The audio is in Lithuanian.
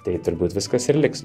tai turbūt viskas ir liks